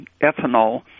ethanol